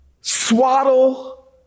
swaddle